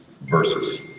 versus